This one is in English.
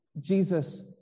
Jesus